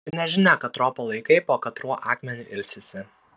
ir nežinia katro palaikai po katruo akmeniu ilsisi